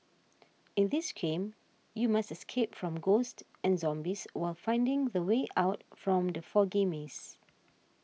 in this game you must escape from ghosts and zombies while finding the way out from the foggy maze